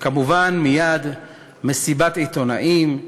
וכמובן מייד מסיבת עיתונאים,